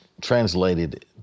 translated